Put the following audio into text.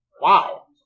Wow